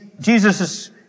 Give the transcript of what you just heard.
Jesus